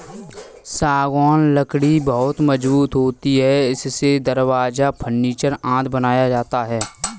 सागौन लकड़ी बहुत मजबूत होती है इससे दरवाजा, फर्नीचर आदि बनाया जाता है